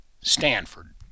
Stanford